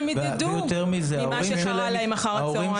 ההורים שלהם לא תמיד יידעו מה קרה להם אחר הצוהריים.